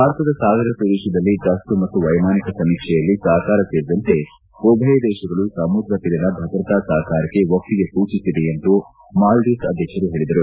ಭಾರತದ ಸಾಗರ ಪ್ರದೇಶದಲ್ಲಿ ಗಸ್ತು ಮತ್ತು ವೈಮಾನಿಕ ಸಮೀಕ್ಷೆಯಲ್ಲಿ ಸಹಕಾರ ಸೇರಿದಂತೆ ಉಭಯ ದೇಶಗಳು ಸಮುದ್ರ ತೀರದ ಭದ್ರತಾ ಸಹಕಾರಕ್ಕೆ ಒಪ್ಪಿಗೆ ಸೂಚಿಸಿವೆ ಎಂದು ಮಾಲ್ಲೀವ್ವ್ ಅಧ್ಯಕ್ಷರು ಹೇಳಿದರು